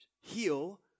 heal